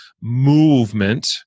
movement